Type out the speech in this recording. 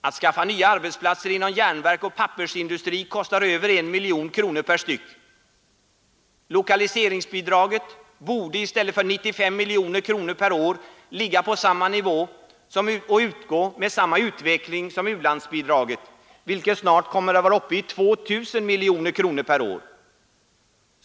Att skaffa nya arbetsplatser inom järnverk och pappersindustri kostar över 1 miljon kronor per styck. Lokaliseringsbidraget borde i stället för 95 miljoner kronor per år ligga på samma nivå och undergå samma utveckling som u-landsbidragen, vilka snart kommer att vara uppe i 2 000 miljoner kronor per år.